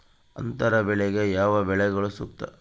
ಅಂತರ ಬೆಳೆಗೆ ಯಾವ ಬೆಳೆಗಳು ಸೂಕ್ತ?